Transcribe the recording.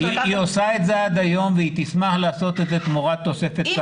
היא עושה את זה עד היום והיא תשמח לעשות את זה תמורת תוספת שכר.